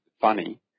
funny